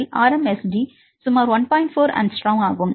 4 angstrom ஆகும்